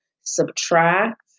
subtract